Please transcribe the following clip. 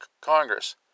Congress